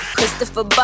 Christopher